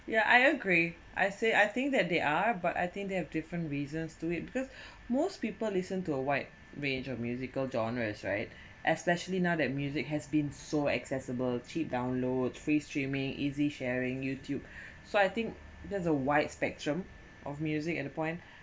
yeah I agree I say I think that they are but I think they have different reasons to it because most people listen to a wide range of musical genres right especially now that music has been so accessible cheap downloads free streaming easy sharing youtube so I think there's a wide spectrum of music at a point